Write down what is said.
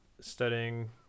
studying